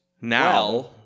now